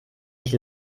sich